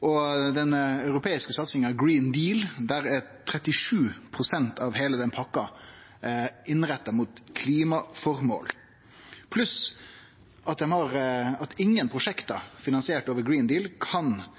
Og når det gjeld den europeiske satsinga Green Deal, er 37 pst. av heile den pakka retta inn mot klimaformål, pluss at ingen prosjekt som gir vesentleg skade på klima og miljø, kan bli finansiert over